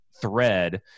thread